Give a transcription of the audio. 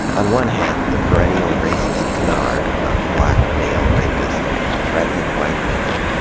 on one hand, the perennial racist canard about the black male rapist threatening white women,